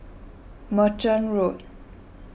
Merchant Road